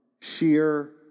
sheer